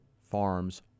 farms